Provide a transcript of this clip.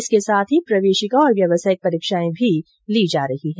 इनके साथ ही प्रवेशिका और व्यावसायिक परीक्षाएं भी ली जा रही है